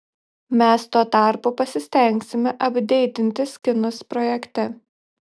mes tuo tarpu pasistengsime apdeitinti skinus projekte